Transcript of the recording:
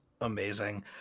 Amazing